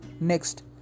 Next